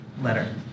letter